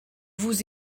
vous